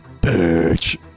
bitch